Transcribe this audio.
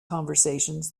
conversations